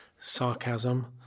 sarcasm